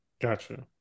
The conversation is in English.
Gotcha